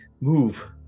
move